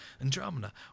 Andromeda